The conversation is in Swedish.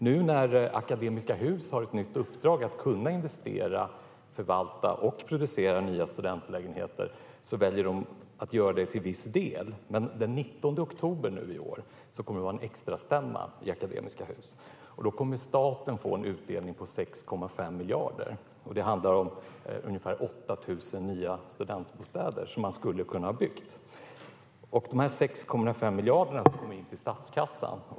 Nu när Akademiska Hus har ett nytt uppdrag att kunna investera, förvalta och producera nya studentlägenheter väljer de att göra det till viss del. Men den 19 oktober i år kommer det att vara en extrastämma i Akademiska Hus. Då kommer staten att få en utdelning på 6,5 miljarder. Man skulle ha kunnat bygga ungefär 8 000 nya studentbostäder för dessa pengar. Dessa 6,5 miljarder kommer att gå in till statskassan.